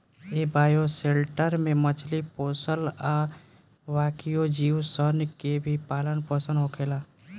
ए bioshelter में मछली पोसल आ बाकिओ जीव सन के भी पालन पोसन होखेला